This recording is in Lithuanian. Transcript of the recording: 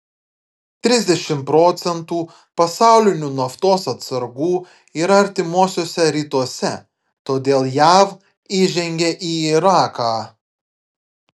trisdešimt procentų pasaulinių naftos atsargų yra artimuosiuose rytuose todėl jav įžengė į iraką